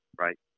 right